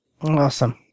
Awesome